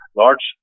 large